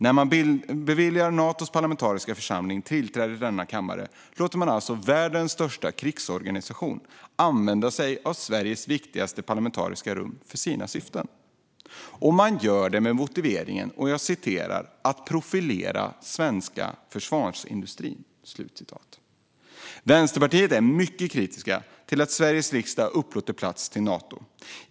När man beviljar Natos parlamentariska församling tillträde till denna kammare låter man alltså världens största krigsorganisation använda sig av Sveriges viktigaste parlamentariska rum för sina syften. Man gör det med motiveringen att profilera den svenska försvarsindustrin. Vänsterpartiet är mycket kritiskt till att Sveriges riksdag upplåter plats till Nato.